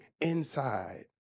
inside